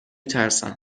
ترسم